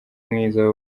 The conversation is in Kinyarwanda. mwiza